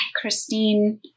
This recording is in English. Christine